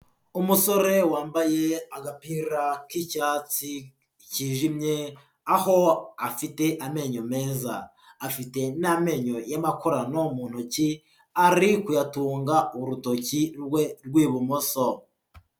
Umusore wambaye agapira k'icyatsi cyijimye aho afite amenyo meza, afite n'amenyo y'amakorano mu ntoki ari kuyatunga urutoki rwe rw'ibumoso.